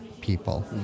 people